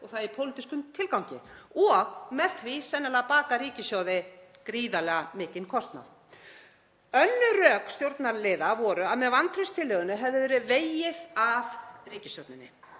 og það í pólitískum tilgangi og með því sennilega bakað ríkissjóði gríðarlega mikinn kostnað. Önnur rök stjórnarliða voru að með vantrauststillögunni hefði verið vegið að ríkisstjórninni